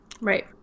Right